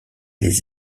les